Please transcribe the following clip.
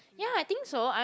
ya I think so I